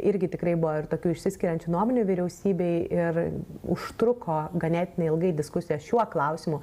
irgi tikrai buvo ir tokių išsiskiriančių nuomonių vyriausybėj ir užtruko ganėtinai ilgai diskusija šiuo klausimu